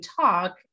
talk